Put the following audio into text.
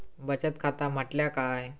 बचत खाता म्हटल्या काय?